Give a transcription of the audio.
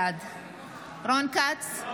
בעד רון כץ,